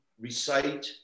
recite